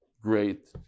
Great